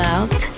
Out